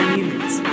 units